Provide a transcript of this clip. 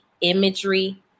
imagery